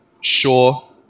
sure